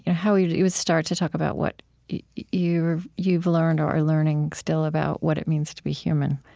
how you you would start to talk about what you've you've learned, or are learning still, about what it means to be human,